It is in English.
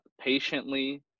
patiently